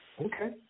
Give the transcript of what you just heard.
Okay